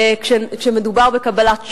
כשמדובר בקבלת שוחד,